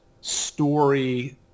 story